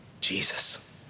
Jesus